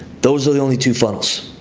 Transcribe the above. those are the only two funnels.